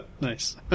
Nice